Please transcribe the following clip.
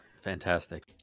fantastic